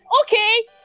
okay